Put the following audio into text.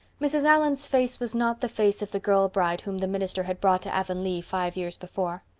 mrs. allan's face was not the face of the girlbride whom the minister had brought to avonlea five years before.